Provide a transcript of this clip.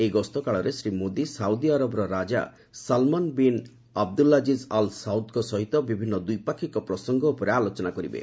ଏହି ଗସ୍ତ କାଳରେ ଶ୍ରୀ ମୋଦି ସାଉଦି ଆରବର ରାଜା ସଲମନ ବିନ୍ ଅବଦୁଲାଜିଜ୍ ଅଲ୍ ସାଉଦଙ୍କ ସହିତ ବିଭିନ୍ନ ଦ୍ୱିପାକ୍ଷିକ ପ୍ରସଙ୍ଗ ଉପରେ ଆଲୋଚନା କରିବେ